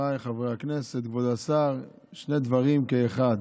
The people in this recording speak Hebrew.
חבריי חברי הכנסת, כבוד השר, שני דברים כאחד,